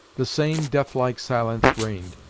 the same death-like silence reigned,